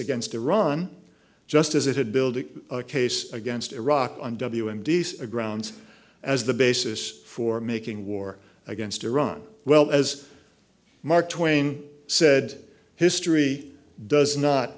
against iran just as it had building a case against iraq on w m d's a grounds as the basis for making war against iran well as mark twain said history does not